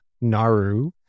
Naru